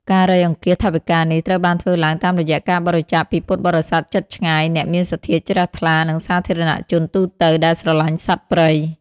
ការរៃអង្គាសថវិកានេះត្រូវបានធ្វើឡើងតាមរយៈការបរិច្ចាគពីពុទ្ធបរិស័ទជិតឆ្ងាយ អ្នកមានសទ្ធាជ្រះថ្លា និងសាធារណជនទូទៅដែលស្រឡាញ់សត្វព្រៃ